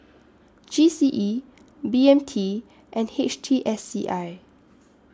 G C E B M T and H T S C I